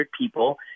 people